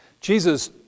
Jesus